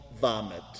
vomit